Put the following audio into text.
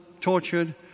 tortured